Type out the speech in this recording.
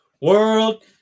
World